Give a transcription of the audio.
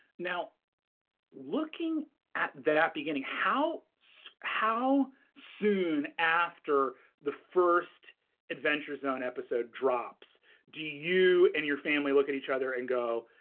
now looking at that beginning, how so how soon after the first adventure zone episode drops do you and your family look at each other and go,